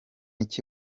iki